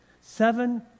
Seven